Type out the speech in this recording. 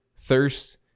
thirst